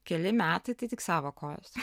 keli metai tai tik savo kojos